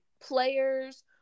players